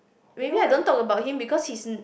maybe I don't talk about him because he's